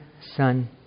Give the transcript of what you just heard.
Son